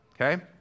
Okay